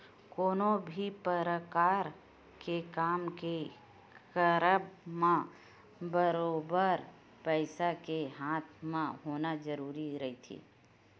कोनो भी परकार के काम के करब म बरोबर पइसा के हाथ म होना जरुरी रहिथे